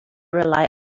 rely